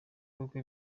kuko